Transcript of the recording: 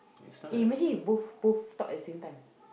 eh imagine if both both talk at the same time